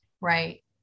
Right